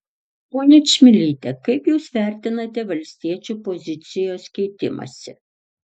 ponia čmilyte kaip jūs vertinate valstiečių pozicijos keitimąsi